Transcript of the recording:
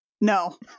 No